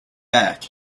back